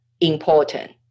important